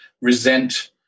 resent